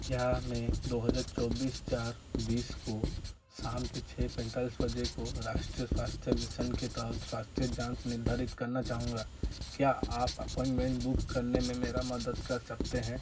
क्या मैं दो हज़ार चौबीस चार बीस को शाम के छः पैंतालीस बजे को राष्ट्रीय स्वास्थ्य मिशन के तहत स्वास्थ्य जाँच निर्धारित करना चाहूँगा क्या आप अपॉइंटमेंट बुक करने में मेरा मदद कर सकते हैं